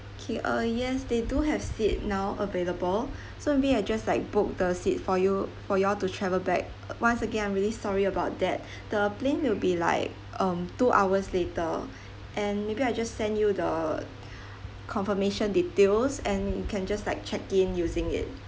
okay uh yes they do have seat now available so maybe I just like book the seat for you for you all to travel back once again I'm really sorry about that the plane will be like um two hours later and maybe I just send you the confirmation details and you can just like check in using it